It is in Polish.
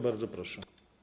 Bardzo proszę.